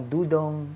Dudong